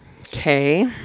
Okay